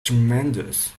tremendous